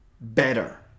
better